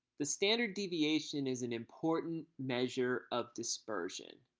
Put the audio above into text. the standard deviation is an important measure of dispersion.